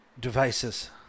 devices